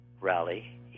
rally